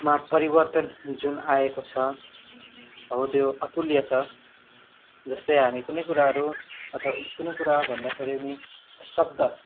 मा परिवर्तन जुन आएको छ हो त्यो अतुल्य छ जस्तै हामी कुनै कुराहरू अथवा कुनै कुरा भन्दाखेरि पनि शब्द